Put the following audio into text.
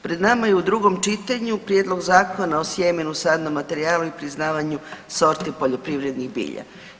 Pred nama je u drugom čitanju Prijedlog zakona o sjemenu, sadnom materijalu i priznavanju sorti poljoprivrednog bilja.